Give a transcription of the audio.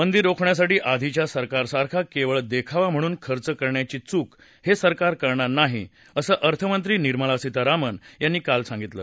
मंदी रोखण्यासाठी आधीघ्या सरकारसारखा केवळ देखावा म्हणून खर्च करण्याची चूक हे सरकार करणार नाही असं अर्थमंत्री निर्मला सीतारामन यांनी सांगितलं